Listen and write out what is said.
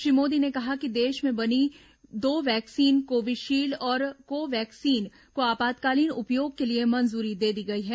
श्री मोदी ने कहा कि देष में बनी दो वैक्सीन कोविशील्ड और कोवैक्सीन को आपातकालीन उपयोग के लिए मंजूरी दे दी गई है